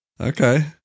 Okay